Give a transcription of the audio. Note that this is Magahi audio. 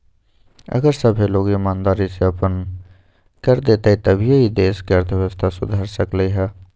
अगर सभ्भे लोग ईमानदारी से अप्पन कर देतई तभीए ई देश के अर्थव्यवस्था सुधर सकलई ह